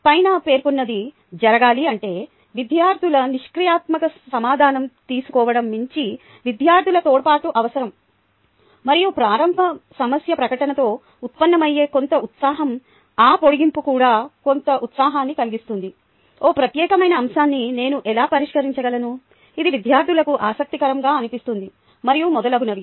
పైన పేర్కొన్నది జరగాలి అంటే విద్యార్థుల నిష్క్రియాత్మక సమాచారం తీసుకోవడం మించి విద్యార్థుల తోడ్పాటు అవసరం మరియు ప్రారంభ సమస్య ప్రకటనతో ఉత్పన్నమయ్యే కొంత ఉత్సాహం ఆ పొడిగింపు కూడా కొంత ఉత్సాహాన్ని కలిగిస్తుంది ఓ ప్రత్యేకమైన అంశాన్ని నేను ఎలా పరిష్కరించగలను ఇది విద్యార్థులకు ఆసక్తికరంగా అనిపిస్తుంది మరియు మొదలగునవి